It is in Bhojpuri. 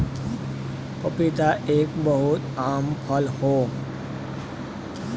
पपीता एक बहुत आम फल हौ